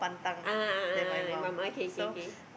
ah ah ah ah ah mom okay K K K